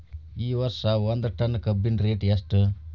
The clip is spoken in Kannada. ಈ ವರ್ಷ ಒಂದ್ ಟನ್ ಕಬ್ಬಿನ ರೇಟ್ ಎಷ್ಟು?